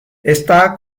está